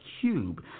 cube